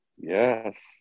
Yes